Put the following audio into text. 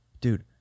Dude